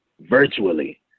virtually